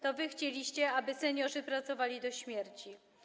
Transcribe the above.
To wy chcieliście, aby seniorzy pracowali do śmierci.